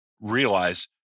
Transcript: realize